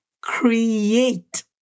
create